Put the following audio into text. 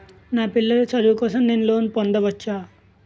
నా పిల్లల చదువు కోసం నేను లోన్ పొందవచ్చా?